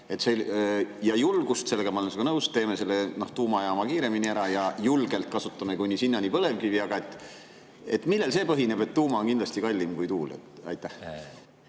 vaja, selles ma olen sinuga nõus, teeme selle tuumajaama kiiremini ära ja julgelt kasutame kuni sinnani põlevkivi. Aga millel see põhineb, et tuuma on kindlasti kallim kui tuul? Aitäh,